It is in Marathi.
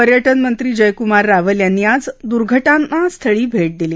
पर्यटन मंत्री जयकुमार रावल यांनी आज दुर्घटनास्थळी भ दिली